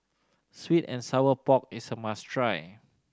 sweet and sour pork is a must try